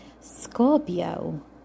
Scorpio